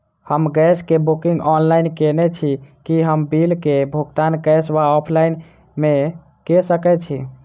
हम गैस कऽ booking online केने छी, की हम बिल कऽ भुगतान कैश वा ऑफलाइन मे कऽ सकय छी?